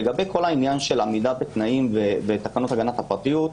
לגבי העניין של עמידה בתנאים ותקנות הגנת הפרטיות,